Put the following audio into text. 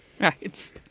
Right